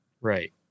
Right